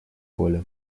коля